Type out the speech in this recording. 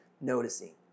noticing